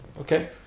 okay